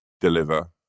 deliver